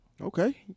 Okay